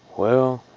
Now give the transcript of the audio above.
well,